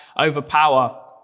overpower